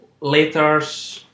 letters